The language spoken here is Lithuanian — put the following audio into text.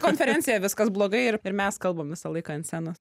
konferencija viskas blogai ir mes kalbam visą laiką ant scenos